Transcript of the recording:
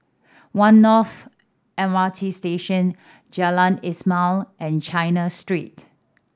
One North M R T Station Jalan Ismail and China Street